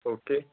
okay